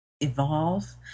Evolve